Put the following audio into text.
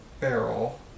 barrel